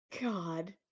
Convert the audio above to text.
God